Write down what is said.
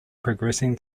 progressing